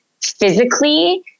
physically